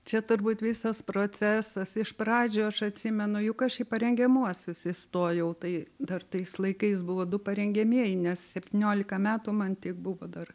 čia turbūt visas procesas iš pradžių aš atsimenu juk aš į parengiamuosius įstojau tai dar tais laikais buvo du parengiamieji nes septyniolika metų man tik buvo dar